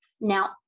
Now